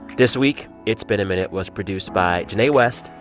this week, it's been a minute was produced by jinae west,